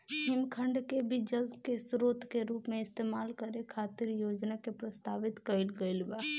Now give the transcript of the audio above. हिमखंड के भी जल के स्रोत के रूप इस्तेमाल करे खातिर योजना के प्रस्तावित कईल गईल बा